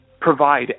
provide